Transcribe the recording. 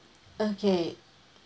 okay